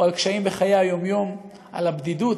או על קשיים בחיי היום-יום, על הבדידות.